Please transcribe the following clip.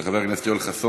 של חבר הכנסת יואל חסון.